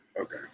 Okay